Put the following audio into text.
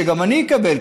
שגם אני אקבל,